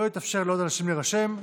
לא יתאפשר עוד לאנשים להירשם.